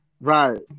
Right